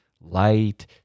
light